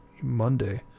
Monday